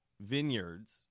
vineyards